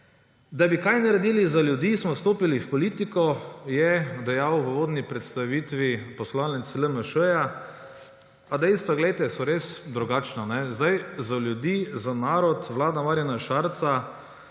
Da bi kaj naredili za ljudi, smo vstopili v politiko, je dejal v uvodni predstavitvi poslanec LMŠ, a dejstva, glejte, so res drugačna. Za ljudi, za narod, vlada Marjana Šarca